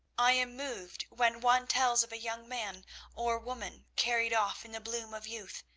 i am moved when one tells of a young man or woman carried off in the bloom of youth,